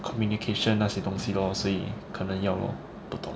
communication 那些东西 lor 所以可能要 lor 不懂